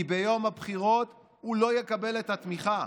כי ביום הבחירות הוא לא יקבל את התמיכה.